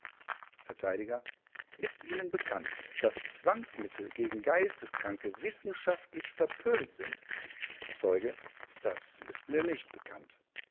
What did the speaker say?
vert ist ihnen bekannt daß zwangsmittel gegen geisteskranke wissenschaftlich verpönt sind zeuge das ist mir nicht bekannt